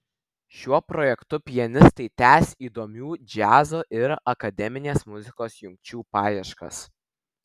šiuo projektu pianistai tęs įdomių džiazo ir akademinės muzikos jungčių paieškas